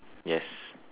yes